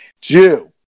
Jew